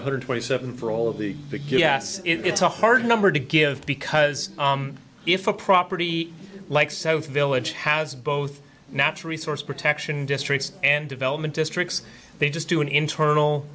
two hundred twenty seven for all the yes it's a hard number to give because if a property like so village has both natural resource protection districts and development districts they just do an internal